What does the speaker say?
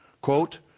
Quote